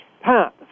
Pat